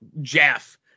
Jeff